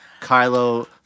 Kylo